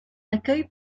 accueil